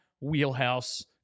wheelhouse